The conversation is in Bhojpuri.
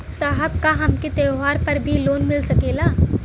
साहब का हमके त्योहार पर भी लों मिल सकेला?